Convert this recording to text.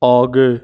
आगे